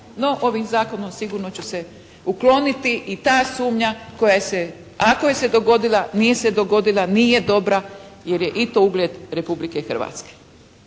ovim zakonom sigurno će se ukloniti i ta sumnja, ako se dogodila, nije se dogodila, nije dobra jer je i to ugled Republike Hrvatske.